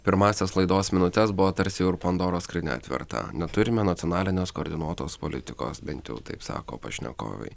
pirmąsias laidos minutes buvo tarsi jau ir pandoros skrynia atverta neturime nacionalinės koordinuotos politikos bent jau taip sako pašnekovai